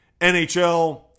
NHL